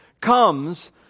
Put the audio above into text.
comes